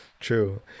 True